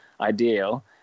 ideal